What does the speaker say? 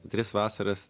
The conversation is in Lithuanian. tris vasaras